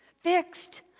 fixed